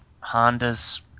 Honda's